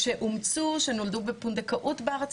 שהוא נולד כיהודי,